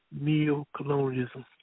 neo-colonialism